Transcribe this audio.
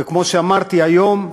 וכמו שאמרתי היום,